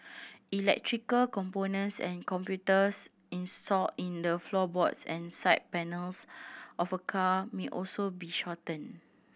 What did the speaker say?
electrical components and computers installed in the floorboards and side panels of a car may also be shorten